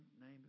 name